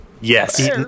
Yes